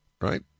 Right